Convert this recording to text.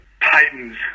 titans